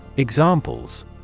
Examples